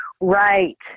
Right